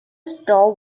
store